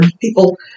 people